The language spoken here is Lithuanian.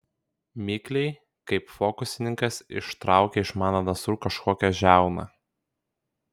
mikliai kaip fokusininkas ištraukė iš mano nasrų kažkokią žiauną